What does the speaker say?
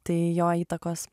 tai jo įtakos